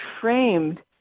framed